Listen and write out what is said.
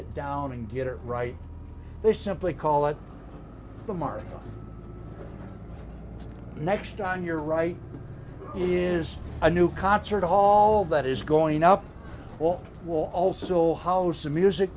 it down and get it right they simply call it the mark next time you're right is a new concert hall that is going up well will also house a music